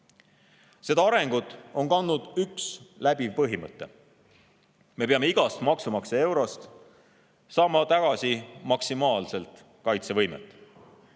Seda arengut on kandnud üks läbiv põhimõte: me peame igast maksumaksja eurost sama tagasi maksimaalselt kaitsevõimet.